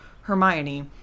Hermione